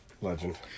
Legend